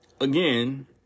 Again